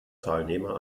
teilnehmer